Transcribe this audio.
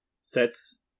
sets